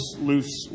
loose